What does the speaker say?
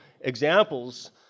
examples